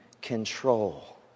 control